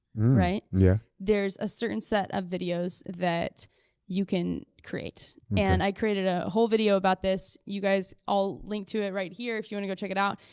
right? yeah there's a certain set of videos that you can create. and i created a whole video about this. you guys, i'll link to it right here if you wanna go check it out.